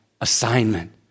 assignment